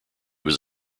was